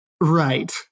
Right